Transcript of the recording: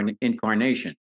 incarnation